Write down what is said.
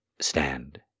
Stand